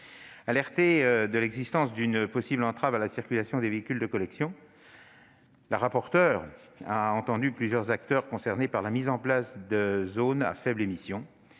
Alertée de l'existence d'une possible entrave à la circulation des véhicules de collection, la rapporteure a entendu plusieurs acteurs concernés par la mise en place des zones à faibles émissions.